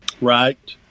Right